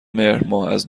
مهرماه، از